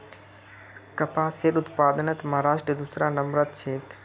कपासेर उत्पादनत महाराष्ट्र दूसरा नंबरत छेक